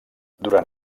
durant